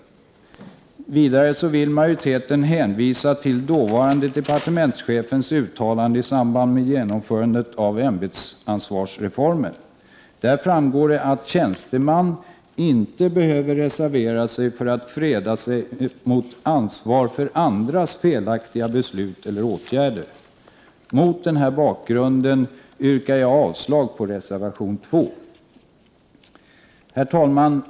Vidare vill majoriteten hänvisa till dåvarande departementschefens uttalande i samband med genomförandet av ämbetsansvarsreformen, där det framgår att tjänsteman inte behöver reservera sig för att freda sig mot ansvar för andras felaktiga beslut eller åtgärder. Mot den här bakgrunden yrkar jag avslag på reservation 2. Herr talman!